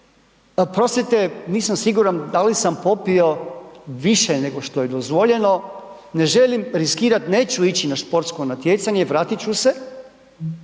oprostite nisam siguran da li sam popio više nego što je dozvoljeno, ne želim riskirat, neću ići na športsko natjecanje, vratit ću se,